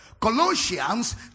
colossians